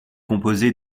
composé